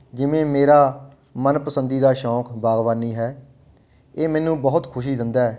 ਜਿਵੇਂ ਮੇਰਾ ਮਨ ਪਸੰਦੀਦਾ ਸ਼ੌਕ ਬਾਗਬਾਨੀ ਹੈ ਇਹ ਮੈਨੂੰ ਬਹੁਤ ਖੁਸ਼ੀ ਦਿੰਦਾ